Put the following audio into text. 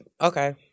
Okay